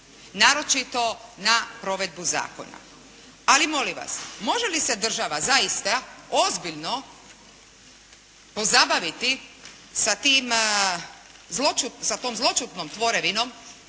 naročito na provedbu zakona. Ali molim vas, može li se država zaista ozbiljno pozabaviti sa tom zloćudnom tvorevinom